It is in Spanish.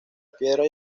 piedra